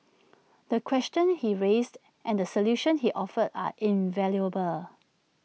the questions he raised and the solutions he offered are invaluable